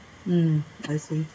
mm I see